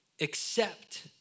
Accept